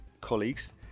colleagues